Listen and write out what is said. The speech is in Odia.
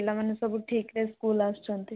ପିଲାମାନେ ସବୁ ଠିକ ରେ ସ୍କୁଲ ଆସୁଛନ୍ତି